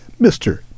Mr